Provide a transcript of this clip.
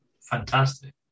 Fantastic